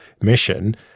mission